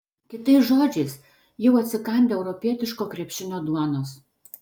kitais žodžiais jau atsikandę europietiško krepšinio duonos